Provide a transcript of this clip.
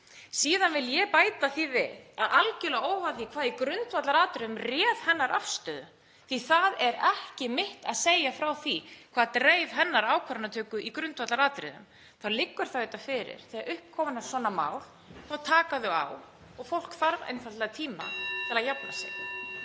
Síðan vil ég bæta því við að algjörlega óháð því hvað í grundvallaratriðum réð hennar afstöðu, því að það er ekki mitt að segja frá því hvað dreif hennar ákvarðanatöku í grundvallaratriðum, þá liggur það auðvitað fyrir að þegar upp koma svona mál þá taka þau á og fólk þarf einfaldlega tíma til að jafna sig.